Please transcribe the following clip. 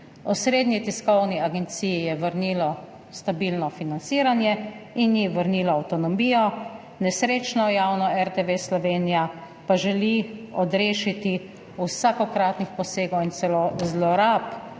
Osrednji tiskovni agenciji je vrnilo stabilno financiranje in ji vrnilo avtonomijo, nesrečno javno RTV Slovenija pa želi odrešiti vsakokratnih posegov in celo zlorab,